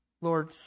Lord